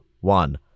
one